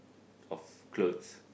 of clothes